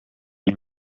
ell